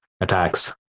attacks